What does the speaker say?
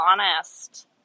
honest